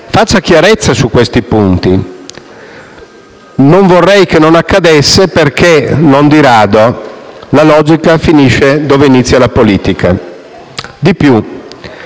faccia chiarezza su questi punti. E non vorrei non accadesse perché, non di rado, la logica finisce dove inizia la politica. Vi è